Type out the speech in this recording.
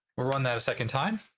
we'll run that a second time.